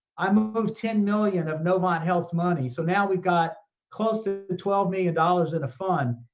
um ah moved ten million of novant health's money. so now we've got close ah to twelve million dollars in a fund.